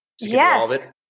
Yes